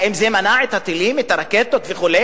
האם זה מנע את הטילים, את הרקטות וכו'?